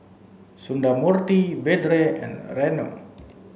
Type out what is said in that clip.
Sundramoorthy Vedre and Renu